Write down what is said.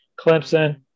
Clemson